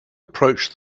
approach